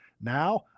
Now